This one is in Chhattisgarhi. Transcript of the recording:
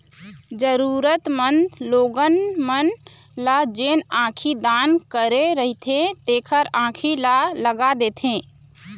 जरुरतमंद लोगन मन ल जेन आँखी दान करे रहिथे तेखर आंखी ल लगा देथे